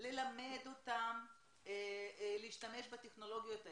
ללמד אותם להשתמש בטכנולוגיות האלה.